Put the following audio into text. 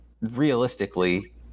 realistically